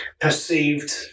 perceived